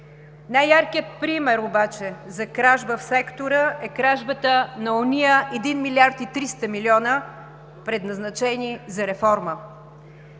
Най-яркият пример обаче за кражба в сектора, е кражбата на ония 1 млрд. 300 млн. лв., предназначени за реформа.